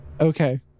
Okay